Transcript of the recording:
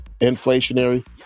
inflationary